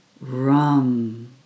Rum